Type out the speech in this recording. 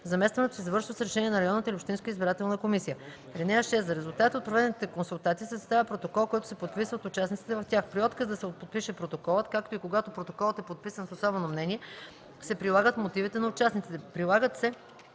Заместването се извършва с решение на Централната избирателна комисия. (5) За резултатите от проведените консултации се съставя протокол, който се подписва от участниците в тях. При отказ да се подпише протоколът, както и когато протоколът е подписан с особено мнение, се прилагат мотивите на участниците. Прилагат се